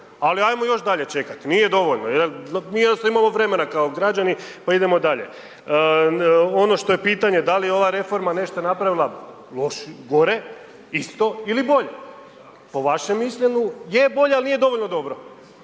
Ali ajmo još dalje čekati, nije dovoljno jel, imamo vremena kao građani pa idemo dalje. Ono što je pitanje, da li ova reforma nešto napravila loše, gore, isto ili bolje, po vašem mišljenju je bolje, ali nije dovoljno dobro.